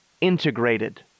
integrated